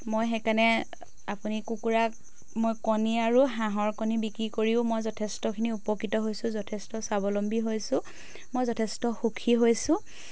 মই সেইকাৰণে আপুনি কুকুৰাক মই কণী আৰু হাঁহৰ কণী বিক্ৰী কৰিও মই যথেষ্টখিনি উপকৃত হৈছোঁ যথেষ্ট স্বাৱলম্বী হৈছোঁ মই যথেষ্ট সুখী হৈছোঁ